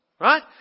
Right